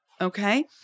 Okay